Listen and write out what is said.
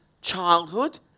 childhood